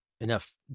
enough